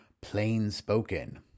plain-spoken